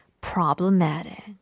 problematic